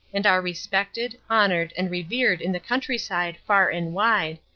and are respected, honoured and revered in the countryside far and wide,